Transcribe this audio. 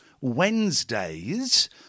Wednesdays